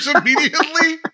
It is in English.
immediately